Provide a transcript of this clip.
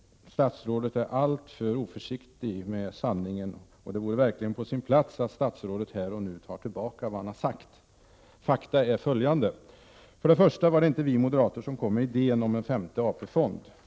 Statsrådet är alltför oförsiktig med sanningen, och det vore verkligen på sin plats att statsrådet här och nu tar tillbaka vad han har sagt. Fakta är följande. För det första var det inte vi moderater som kom med idén om en femte AP-fond.